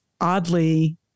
oddly